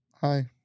Hi